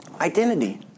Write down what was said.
identity